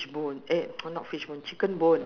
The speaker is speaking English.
mm mm mm all the traditional